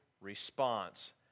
response